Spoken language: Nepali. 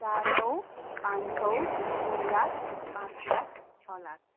चार सौ पाँच सौ दुई लाख पाँच लाख छ लाख